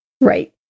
Right